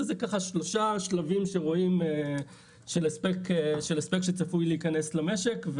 אז אלה הם שלושה שלבים של הספק שצפוי להיכנס למשק,